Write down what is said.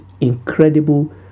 incredible